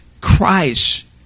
Christ